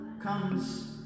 comes